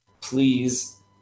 Please